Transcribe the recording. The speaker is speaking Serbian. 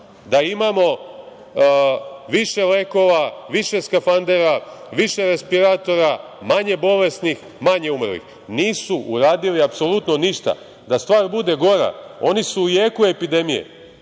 da imamo više lekova, više skafandera, više respiratora, manje bolesnih, manje umrlih. Nisu uradili apsolutno ništa. Da stvar bude gora, oni su u jeku epidemije